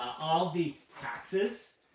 all the taxes,